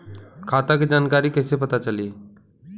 खाता के जानकारी कइसे पता चली?